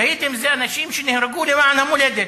שהידים זה אנשים שנהרגו למען המולדת.